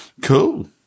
Cool